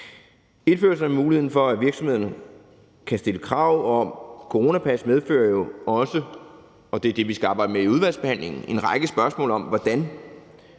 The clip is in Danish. Indførelse af muligheden for, at virksomhederne kan stille krav om coronapas, medfører jo også – og det er det, vi skal arbejde med i udvalgsbehandlingen – en række spørgsmål om, hvordan